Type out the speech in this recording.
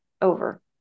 over